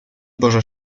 boże